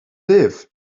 live